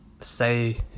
say